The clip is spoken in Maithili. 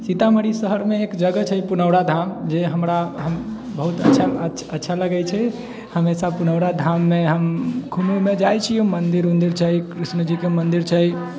सीतामढ़ी शहरमे एक जगह छै पुनौराधाम जे हमरा बहुत अच्छा अच्छा लगै छै हमेशा पुनौरा धाममे हम जाइ छिए घुमैलए चाहे मन्दिर वन्दिर कृष्णजीके मन्दिर छै